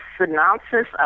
synopsis